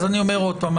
אז אני אומר עוד פעם,